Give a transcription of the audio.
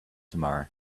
tomorrow